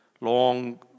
long